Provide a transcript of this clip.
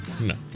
no